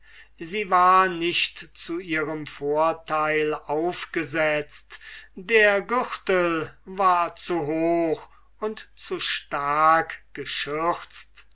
sie war nicht zu ihrem vorteil aufgesetzt der gürtel war zu hoch und zu stark geschürzt